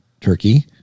Turkey